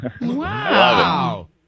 Wow